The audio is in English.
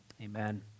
Amen